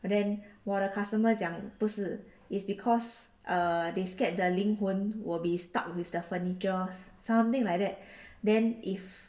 but then 我的 customer 讲不是 is because they scared the 灵魂 will be stuck with the furniture something like that then if